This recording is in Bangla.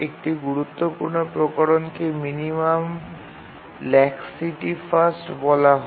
একটি গুরুত্বপূর্ণ প্রকরণকে মিনিমাম ল্যাক্সিটি ফার্স্ট বলা হয়